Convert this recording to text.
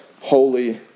Holy